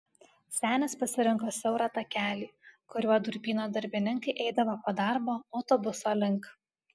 senis pasirinko siaurą takelį kuriuo durpyno darbininkai eidavo po darbo autobuso link